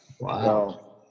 Wow